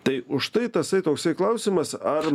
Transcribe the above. tai už tai tasai toksai klausimas ar